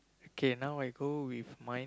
okay now I go with mine